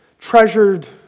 treasured